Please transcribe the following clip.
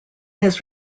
his